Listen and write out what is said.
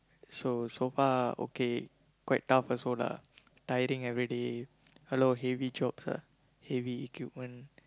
so so far okay quite tough also lah tiring everyday a lot of heavy jobs ah heavy equipment